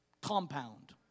compound